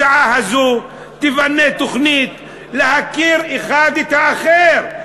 בשעה הזאת תיבנה תוכנית להכרה של האחד את האחר.